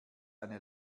eine